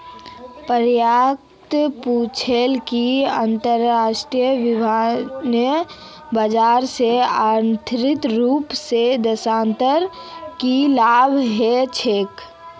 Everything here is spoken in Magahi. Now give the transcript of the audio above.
प्रियंका पूछले कि अंतरराष्ट्रीय विनिमय बाजार से आर्थिक रूप से देशक की लाभ ह छे